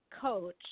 coach